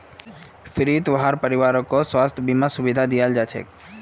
फ्रीत वहार परिवारकों स्वास्थ बीमार सुविधा दियाल जाछेक